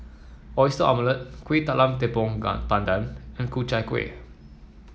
Oyster Omelette Kuih Talam Tepong Pandan and Ku Chai Kueh